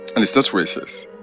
and it's less racist